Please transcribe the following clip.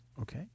Okay